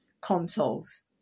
consoles